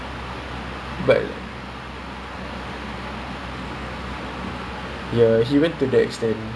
but I'm shook at the fact that he go Zoom call at the staircase like out of all places